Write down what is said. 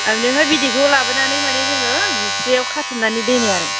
आरो बेनिफ्राय बिदैखौ लाबोनानै माने जोङो जिस्रियाव खाथबनानै दोनो आरो